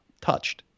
touched